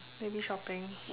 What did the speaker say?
maybe shopping